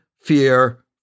fear